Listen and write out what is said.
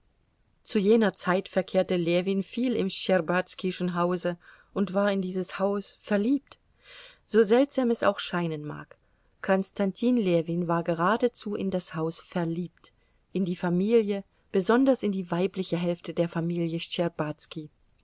zu jener zeit verkehrte ljewin viel im schtscherbazkischen hause und war in dieses haus verliebt so seltsam es auch scheinen mag konstantin ljewin war geradezu in das haus verliebt in die familie besonders in die weibliche hälfte der familie